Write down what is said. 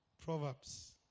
Proverbs